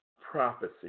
Prophecy